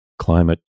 climate